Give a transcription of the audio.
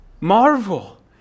Marvel